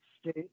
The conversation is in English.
state